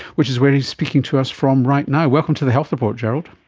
which is where he's speaking to us from right now. welcome to the health report, gerald.